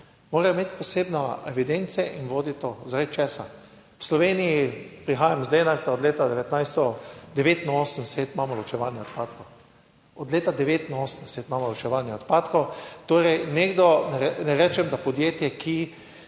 Morajo imeti posebne evidence in voditi to, zaradi česar v Sloveniji prihajam iz Lenarta od leta 2019, 89 imamo ločevanje odpadkov. Od leta 1989 imamo ločevanje odpadkov. Torej, nekdo, ne rečem, da podjetje, ki